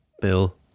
Bill